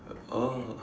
oh